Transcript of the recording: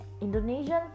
Indonesian